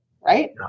right